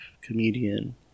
comedian